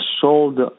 sold